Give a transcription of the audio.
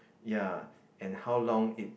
ya and how long it